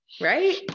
right